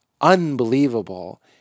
unbelievable